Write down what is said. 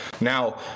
Now